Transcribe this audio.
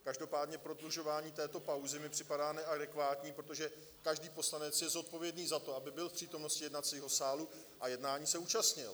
Každopádně prodlužování této pauzy mi připadá neadekvátní, protože každý poslanec je zodpovědný za to, aby byl přítomen v jednacím sálu a jednání se účastnil.